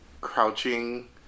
crouching